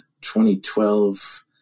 2012